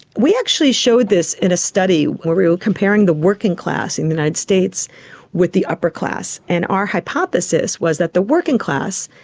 we actually showed this in a study where we were comparing the working class in the united states with the upper class, and our hypothesis was that the working class,